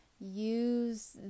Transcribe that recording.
use